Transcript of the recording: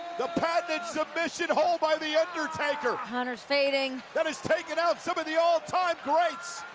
the patent submission hold by the undertaker. a hunter's fading. that has taken out some of the all-time greats,